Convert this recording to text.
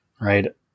right